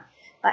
but